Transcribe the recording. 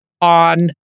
on